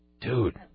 Dude